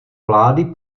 vlády